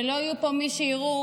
שלא יהיו פה מי שיראו,